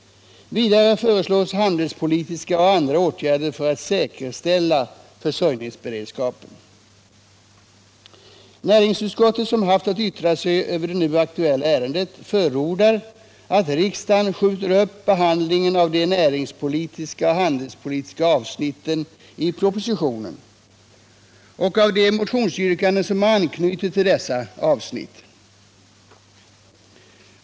Vidare föreslås handelspolitiska och andra åtgärder för att säkerställa försörjningsberedskapen. Näringsutskottet, som haft att yttra sig över det nu aktuella ärendet, förordar att riksdagen skjuter upp behandlingen av de näringspolitiska och handelspolitiska avsnitten i propositionen och av de motionsyrkanden som anknyter till dessa avsnitt.